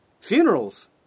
Funerals